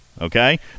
okay